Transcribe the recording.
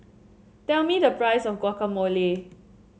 tell me the price of Guacamole